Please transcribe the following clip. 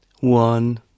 One